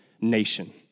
nation